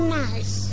nice